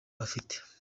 bafite